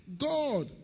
God